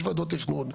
יש ועדות תכנון,